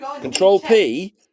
Control-P